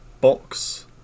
box